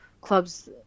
clubs